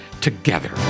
together